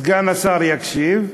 שסגן השר יקשיב,